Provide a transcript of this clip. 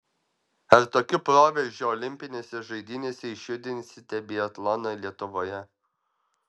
ar tokiu proveržiu olimpinėse žaidynėse išjudinsite biatloną lietuvoje